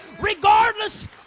regardless